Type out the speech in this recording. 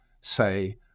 say